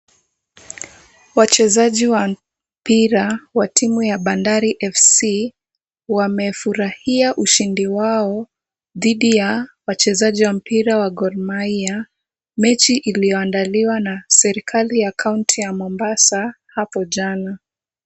Wachezaji wa mpira wa timu ya Bandari fc wamefurahia ushindi wao dhidi ya wachezaji wa mpira wa Gor mahia mechi iliyoandaliwa na serikali ya kaunti ya Mombasa hapo jana.